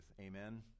Amen